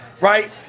right